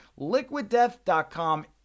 liquiddeath.com